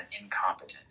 incompetent